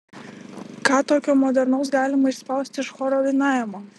ką tokio modernaus galima išspausti iš choro dainavimo